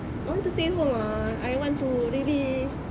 I want to stay home ah I want to really